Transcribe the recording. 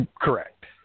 Correct